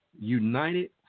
United